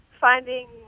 finding